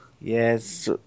Yes